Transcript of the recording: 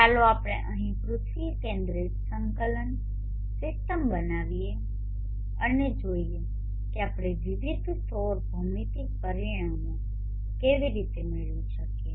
ચાલો આપણે અહીં પૃથ્વી કેન્દ્રિત સંકલન સિસ્ટમ બનાવીએ અને જોઈએ કે આપણે વિવિધ સૌર ભૌમિતિક પરિમાણો કેવી રીતે મેળવી શકીએ